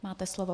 Máte slovo.